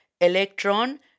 electron